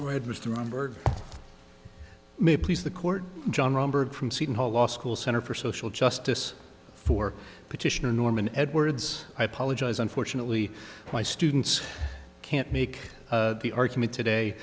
mr ron bird may please the court john romberg from seton hall law school center for social justice for petitioner norman edwards i apologize unfortunately my students can't make the argument today